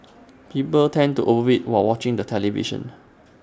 people tend to over eat while watching the television